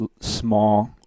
small